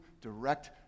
direct